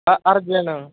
ਅ Arjan